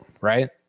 right